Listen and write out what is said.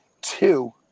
Two